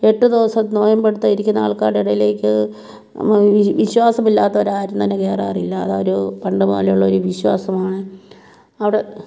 എട്ട് ദിവസം നോയമ്പ് എടുത്തിരിക്കുന്ന ആൾക്കാരുടെ ഇടയിലേക്ക് വിശ്വാസമില്ലാത്തവരാരും തന്നെ കയറാറില്ല അത് ഒരു പണ്ട് മുതലേ ഉള്ളൊരു വിശ്വാസമാണ് അവിടെ